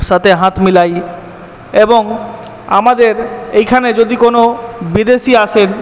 সাথে হাত মিলাই এবং আমাদের এইখানে যদি কোনো বিদেশী আসেন